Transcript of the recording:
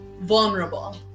vulnerable